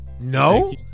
No